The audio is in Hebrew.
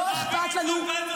אז לא אכפת לכם.